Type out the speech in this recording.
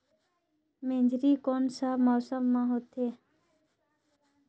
मेझरी कोन सा मौसम मां होथे?